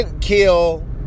kill